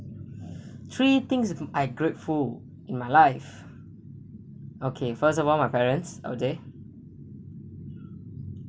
three things I grateful in my life okay first of all my parents I would say